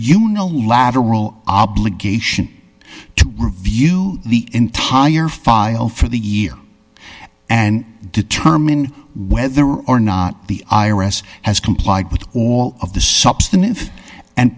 know lateral obligation to review the entire file for the year and determine whether or not the i r s has complied with all of the substantive and